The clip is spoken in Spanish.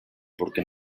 porque